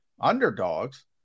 underdogs